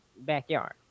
backyard